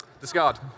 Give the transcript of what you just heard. discard